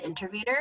intervener